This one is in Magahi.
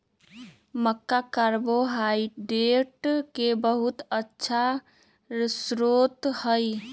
मक्का कार्बोहाइड्रेट के बहुत अच्छा स्रोत हई